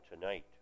tonight